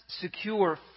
secure